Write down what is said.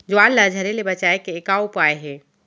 ज्वार ला झरे ले बचाए के का उपाय हे?